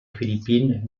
philippine